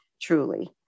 truly